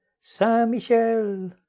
Saint-Michel